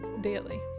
daily